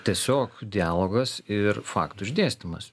tiesiog dialogas ir faktų išdėstymas